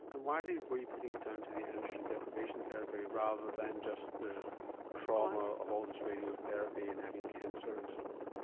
and why were you putting it down to the androgen deprivation therapy rather than just the trauma of all this radiotherapy and having cancer and so on?